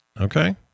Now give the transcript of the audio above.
Okay